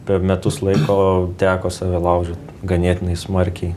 per metus laiko teko save laužyt ganėtinai smarkiai